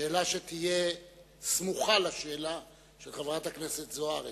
שאלה שתהיה סמוכה לשאלה של חברת הכנסת זוארץ.